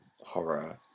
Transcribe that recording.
Horror